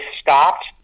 stopped